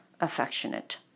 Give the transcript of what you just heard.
affectionate